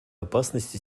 опасности